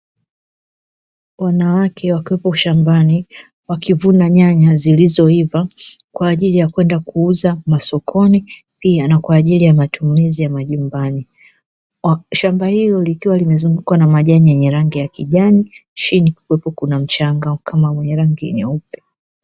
Wanawake wakiwepo shambani, wakivuna nyanya zilizoiva kwa ajili ya kwenda kuuza masokoni, pia na kwa ajili ya matumizi ya majumbani. Shamba hilo likiwa limezungukwa na majani yenye rangi ya kijani, chini kukiwepo kuna mchanga kama wenye rangi nyeupe.